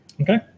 Okay